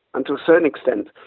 and to a certain extent,